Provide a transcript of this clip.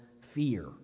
fear